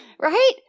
right